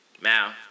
Now